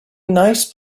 nice